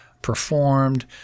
performed